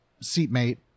seatmate